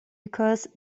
because